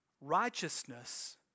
righteousness